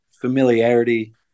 familiarity